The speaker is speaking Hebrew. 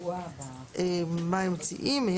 מה אם מציעים?